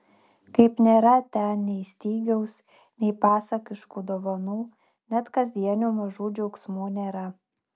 kaip nėra ten nei stygiaus nei pasakiškų dovanų net kasdienių mažų džiaugsmų nėra